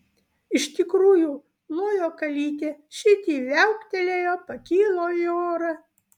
iš tikrųjų lojo kalytė šit ji viauktelėjo pakilo į orą